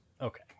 Okay